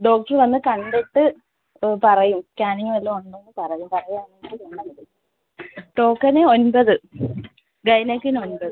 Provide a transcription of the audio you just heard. doctor വന്ന് കണ്ടിട്ട് പറയും സ്കാനിങ്ങ് വല്ലതും ഉണ്ടോ എന്ന് പറയും പറയുവാണെങ്കിൽ വന്നാൽ മതി ടോക്കൺ ഒൻപത് ഗൈനക്കിന് ഒൻപത്